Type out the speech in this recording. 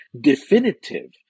definitive